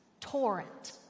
torrent